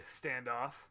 standoff